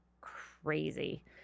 crazy